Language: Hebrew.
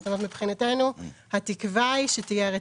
זאת אומרת, מבחינתנו התקווה היא שתהיה רציפות.